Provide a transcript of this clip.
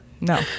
No